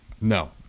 No